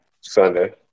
Sunday